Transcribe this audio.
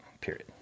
period